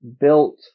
built